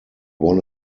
won